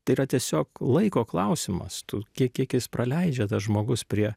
tai yra tiesiog laiko klausimas tu kiek kiek jis praleidžia tas žmogus prie